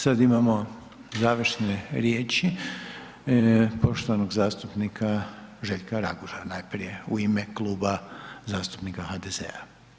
Sad imamo završne riječi poštovanog zastupnika Željka Raguža najprije u ime Kluba zastupnika HDZ-a.